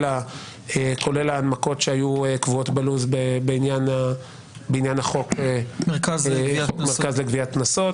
כולל ההנמקות שהיו קבועות בלו"ז בעניין החוק של מרכז לגביית קנסות,